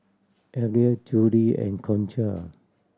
Abdiel Judi and Concha